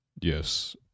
Yes